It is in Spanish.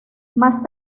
más